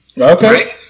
Okay